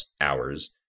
hours